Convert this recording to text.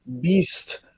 Beast